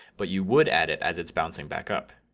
but you would add it as it's bouncing back up.